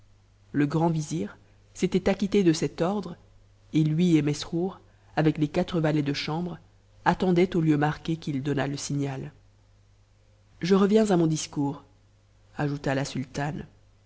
le grand vizir s'était acquitté de ce ordre et lui et mesrour avec les quatre valets de chambre attendent au lieu marqué qu'il donnât le signal je reviens à mon discours ajouta la sultane